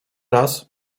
raz